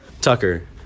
Tucker